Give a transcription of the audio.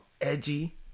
edgy